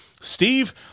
Steve